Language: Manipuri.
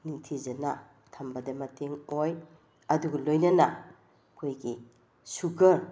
ꯅꯤꯡꯊꯤꯖꯅ ꯊꯝꯕꯗ ꯃꯇꯦꯡ ꯑꯣꯏ ꯑꯗꯨꯒ ꯂꯣꯏꯅꯅ ꯑꯩꯈꯣꯏꯒꯤ ꯁꯨꯒ꯭ꯔ